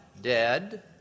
dead